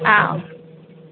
okay